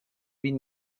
vint